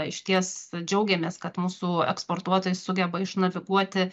išties džiaugiamės kad mūsų eksportuotojai sugeba išnaviguoti